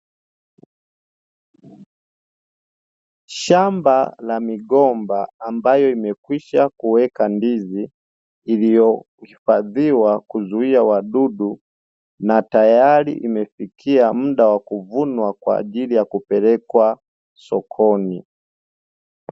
Shamba la migomba ambalo limeshakuweka ndizi, lililohifadhiwa kuzuia wadudu na tayari limeshafikia muda wa kuvunwa tayari kwajili ya kupelekwa sokoni.